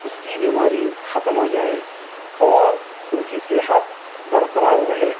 اُس کی بیماری ختم ہو جائے اور اُن کی صحت برقرار رہے